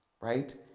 right